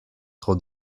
tro